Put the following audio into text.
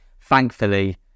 thankfully